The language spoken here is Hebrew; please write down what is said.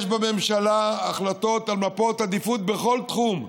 יש בממשלה החלטות על מפות עדיפות בכל תחום,